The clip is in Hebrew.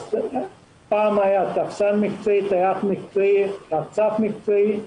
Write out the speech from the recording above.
פעם היה טפסן מקצועי, טייח מקצועי, רצף מקצועי.